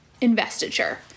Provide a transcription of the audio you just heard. investiture